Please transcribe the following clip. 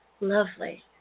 lovely